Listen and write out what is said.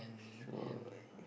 so